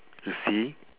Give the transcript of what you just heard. you see